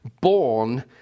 born